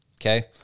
okay